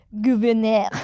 gouverneur